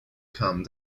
come